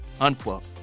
unquote